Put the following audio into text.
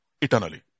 eternally